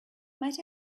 might